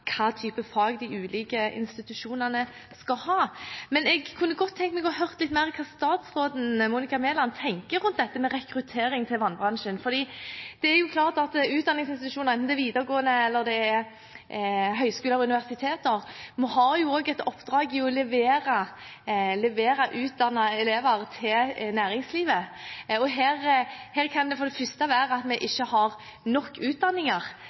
fag de ulike institusjonene skal ha. Jeg kunne godt tenke meg å høre mer hva statsråden, Monica Mæland, tenker rundt dette med rekruttering til vannbransjen, for det er klart at utdanningsinstitusjonene, enten det er videregående, eller det er høyskoler og universiteter, har jo et oppdrag med å levere utdannede elever til næringslivet. Her kan det for det første være at vi ikke har nok utdanninger